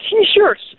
T-shirts